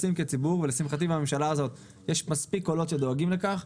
ולשמחתי בממשלה הזאת יש מספיק קולות שדואגים לכך,